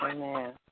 Amen